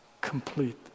complete